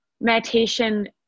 meditation